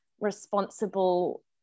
responsible